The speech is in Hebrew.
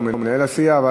או מנהל הסיעה.